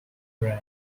band